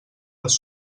les